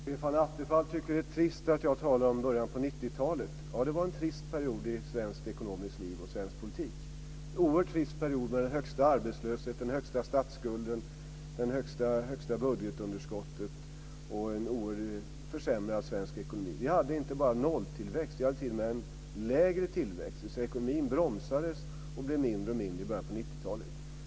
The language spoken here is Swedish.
Fru talman! Stefan Attefall tycker att det är trist att jag talar om början av 90-talet. Det var en trist period i svenskt ekonomiskt liv och svensk politik, oerhört trist period med den högsta arbetslösheten, den högsta statsskulden, det största budgetunderskottet och en försämrad svensk ekonomi. Vi hade inte bara nolltillväxt, vi hade t.o.m. en lägre tillväxt, dvs. att ekonomin bromsades och tillväxten blev mindre och mindre i början av 90-talet.